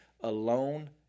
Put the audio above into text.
alone